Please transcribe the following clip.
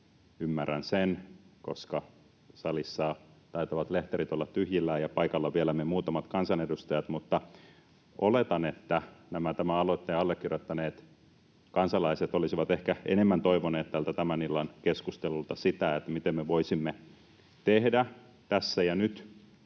ymmärrän sen, koska salissa taitavat lehterit olla tyhjillään ja paikalla vielä me muutamat kansanedustajat. Oletan, että tämän aloitteen allekirjoittaneet kansalaiset olisivat ehkä enemmän toivoneet tältä tämän illan keskustelulta sitä, mitä me voisimme tehdä tässä ja nyt